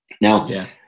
Now